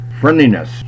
friendliness